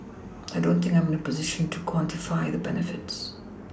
I don't think I'm in a position to quantify the benefits